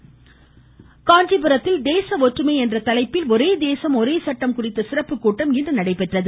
காஞ்சிபுரம் காஞ்சிபுரத்தில் தேச ஒற்றுமை என்ற தலைப்பில் ஒரே தேசம் ஒரே சட்டம் குறித்த சிறப்பு கூட்டம் இன்று நடைபெற்றது